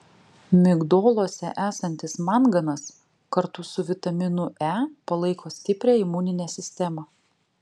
migdoluose esantis manganas kartu su vitaminu e palaiko stiprią imuninę sistemą